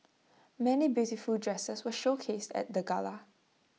many beautiful dresses were showcased at the gala